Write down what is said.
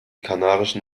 kanarischen